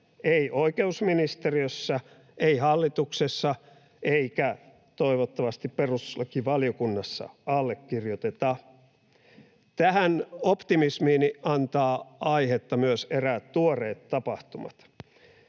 ei oikeusministeriössä, ei hallituksessa eikä toivottavasti perustuslakivaliokunnassa allekirjoiteta. Tähän optimismiini antavat aihetta myös eräät tuoreet tapahtumat: